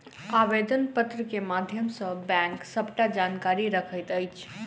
आवेदन पत्र के माध्यम सॅ बैंक सबटा जानकारी रखैत अछि